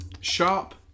Sharp